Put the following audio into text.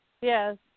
Yes